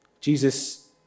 Jesus